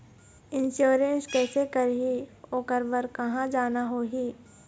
Insurance कैसे करही, ओकर बर कहा जाना होही?